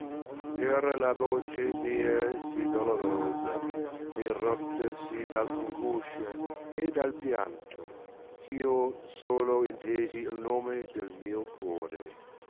era la toce mia sì dolorosa e rotta si dall angoscia e dal pianto gh io solo intesi il nome nel mio core